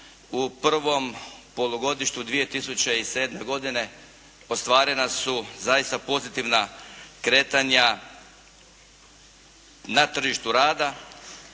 u prvom polugodištu 2007. godine ostvarena su zaista pozitivna kretanja na tržištu rada